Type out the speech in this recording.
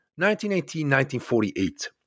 1918-1948